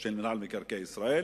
של מינהל מקרקעי ישראל.